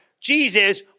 Jesus